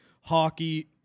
Hockey